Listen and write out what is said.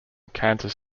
kansas